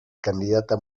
candidata